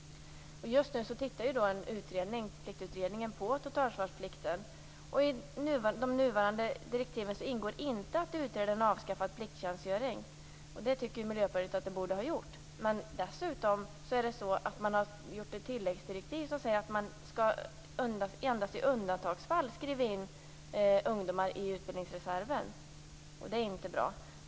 Just nu tittar Pliktutredningen närmare på totalförsvarsplikten. I de nuvarande direktiven ingår inte att utreda en avskaffad plikttjänstgöring. Det tycker Miljöpartiet att det borde ha gjort. Dessutom har man gett ett tilläggsdirektiv som säger att man endast i undantagsfall skall skriva in ungdomar i utbildningsreserven. Det är inte bra.